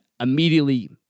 immediately